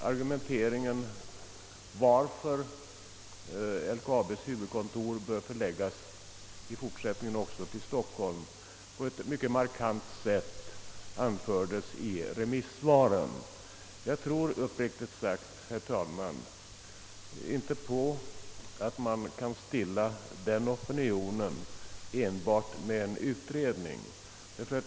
Argumenten för att LKAB:s huvudkontor även i fortsättningen bör vara förlagt till Stockholm har på ett mycket markant sätt anförts i remissvaren. Uppriktigt sagt, herr talman, tror jag inte på talet om att man kan stilla denna opinion enbart med en utredning.